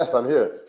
yes, i'm here.